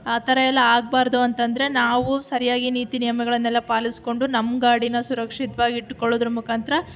ಆ ಥರ ಎಲ್ಲ ಆಗ್ಬಾರ್ದು ಅಂತಂದರೆ ನಾವು ಸರಿಯಾಗಿ ನೀತಿ ನಿಯಮಗಳನ್ನೆಲ್ಲ ಪಾಲಿಸ್ಕೊಂಡು ನಮ್ಮ ಗಾಡಿನ ಸುರಕ್ಷಿತವಾಗಿ ಇಟ್ಕೊಳ್ಳೋದರ ಮುಖಾಂತರ